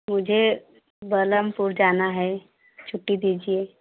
मुझे बलमपुर जाना है छुट्टी दीजिए